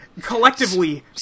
collectively